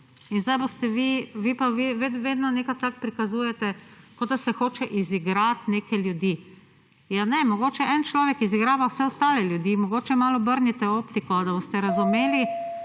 In zdaj boste vi, vi pa vedno nekako tako prikazujete, kot da se hoče izigrati neke ljudi. Ja ne, mogoče en človek izigrava vse ostale ljudi, mogoče malo obrnite optiko, da boste razumeli,